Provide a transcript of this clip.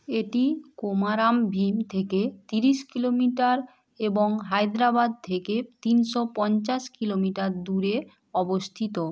এটি কোমারাম ভীম থেকে তিরিশ কিলোমিটার এবং হায়দ্রাবাদ থেকে তিনশো পঞ্চাশ কিলোমিটার দূরে অবস্থিত